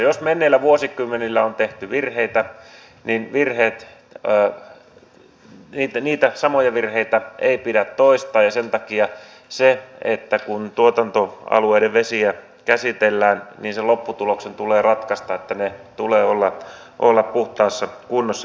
jos menneillä vuosikymmenillä on tehty virheitä niin niitä samoja virheitä ei pidä toistaa ja sen takia siinä kun tuotantoalueiden vesiä käsitellään sen lopputuloksen tulee ratkaista että niiden tulee olla puhtaassa kunnossa